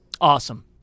Awesome